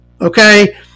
Okay